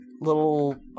little